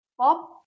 Pop